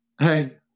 hey